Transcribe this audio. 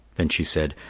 then she said,